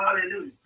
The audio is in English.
Hallelujah